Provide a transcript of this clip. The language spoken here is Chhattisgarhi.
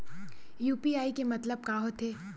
यू.पी.आई के मतलब का होथे?